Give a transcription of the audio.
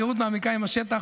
והיכרות מעמיקה עם השטח.